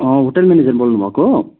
hotel manager बोल्नुभएको हो